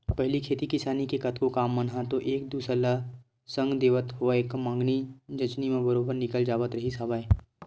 पहिली खेती किसानी के कतको काम मन ह तो एक दूसर ल संग देवत होवय मंगनी जचनी म बरोबर निकल जावत रिहिस हवय